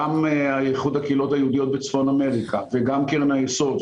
גם איחוד הקהילות היהודיות בצפון אמריקה וגם קרן היסוד,